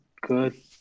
good